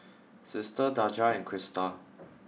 sister Daja and Crista